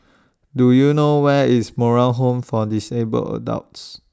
Do YOU know Where IS Moral Home For Disabled Adults